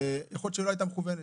שיכול להיות שלא הייתה מכוונת.